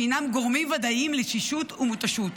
שהינם גורמים ודאיים לתשישות ומותשות.